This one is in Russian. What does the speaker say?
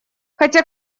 хотя